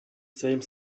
same